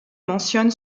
mentionne